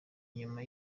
nyuma